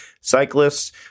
cyclists